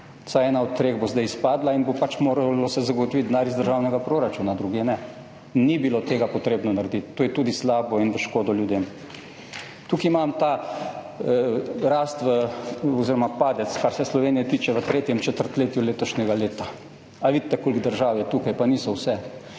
Vsaj ena od treh bo zdaj izpadla in se bo pač moralo zagotoviti denar iz državnega proračuna, drugje ne. Ni bilo treba tega narediti, to je tudi slabo in v škodo ljudem. Tukaj imam to rast v oziroma padec, kar se Slovenije tiče v tretjem četrtletju letošnjega leta. / pokaže zboru/ Ali vidite, koliko držav je tukaj? Pa niso vse,